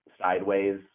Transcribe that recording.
sideways